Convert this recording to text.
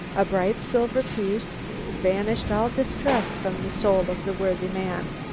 a bright silver piece banished all distrust from the soul of the worthy man.